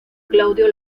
claudio